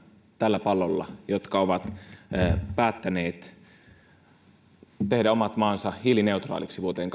tällä pallolla ainoita maita jotka ovat päättäneet tehdä oman maansa hiilineutraaliksi vuoteen